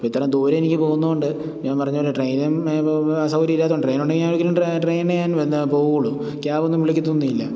ഇപ്പോഴിത്രയും ദൂരം എനിക്ക് പോകുന്നതുകൊണ്ട് ഞാൻ പറഞ്ഞതുപോലെ ട്രെയിനും അസൗകര്യം ഇല്ലാത്തതുകൊണ്ട് ട്രെയ്നുണ്ടെങ്കില് ഞാനൊരിക്കലും ട്രെ ട്രെയിനേ ഞാൻ എന്താ പോകുകയുള്ളൂ ക്യാബൊന്നും വിളിക്കത്തൊന്നും ഇല്ല